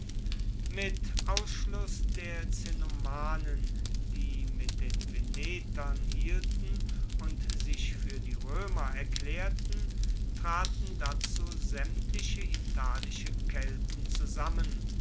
mit ausschluss der cenomanen die mit den venetern hielten und sich fuer die roemer erklaerten traten dazu saemtliche italische kelten zusammen